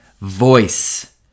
voice